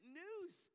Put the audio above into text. news